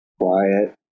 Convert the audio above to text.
Quiet